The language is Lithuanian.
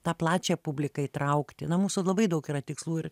tą plačią publiką įtraukti na mūsų labai daug yra tikslų ir